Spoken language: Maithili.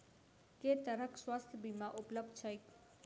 केँ तरहक स्वास्थ्य बीमा उपलब्ध छैक?